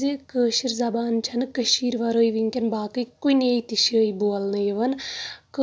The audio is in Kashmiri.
تِکیٛازِ کأشِر زبان چھنہٕ کٔشیٖرِ ورأے وُنکٮ۪ن باقے کُنی تہِ جایہِ بولنہٕ یِوان